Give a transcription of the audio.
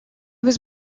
was